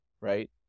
right